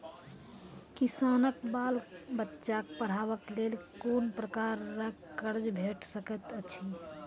किसानक बाल बच्चाक पढ़वाक लेल कून प्रकारक कर्ज भेट सकैत अछि?